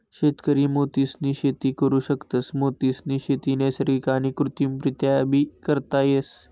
शेतकरी मोतीसनी शेती करु शकतस, मोतीसनी शेती नैसर्गिक आणि कृत्रिमरीत्याबी करता येस